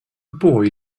boy